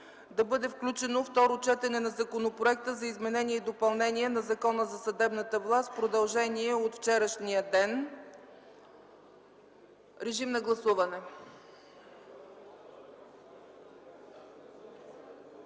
да бъде включено – Второ четене на Законопроекта за изменение и допълнение на Закона за съдебната власт, продължение от вчерашния ден. ЛЮБЕН КОРНЕЗОВ